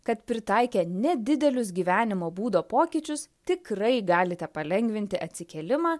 kad pritaikę nedidelius gyvenimo būdo pokyčius tikrai galite palengvinti atsikėlimą